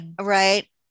Right